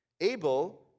Abel